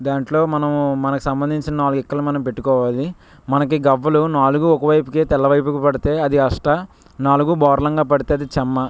దాంట్లో మనము మనకు సంబంధించిన నాలుగు ఇక్కలు మనం పెట్టుకోవాలి మనకి గవ్వలు నాలుగు ఒకవైపుకే తెల్లవైపుకు పడితే అది అష్ట నాలుగు బోర్లంగా పడితే అది చెమ్మ